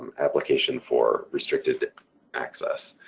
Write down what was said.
um application for restricted access.